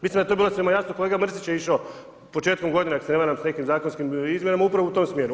Mislim da je to bilo samo jasno, kolega Mrsić je išao početkom godine ako se ne varam s nekim zakonskim izmjenama upravo u to smjeru.